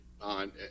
on